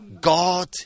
God